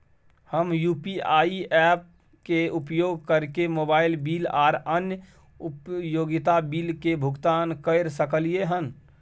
हम UPI apps के उपयोग कैरके मोबाइल बिल आर अन्य उपयोगिता बिल के भुगतान कैर सकलिये हन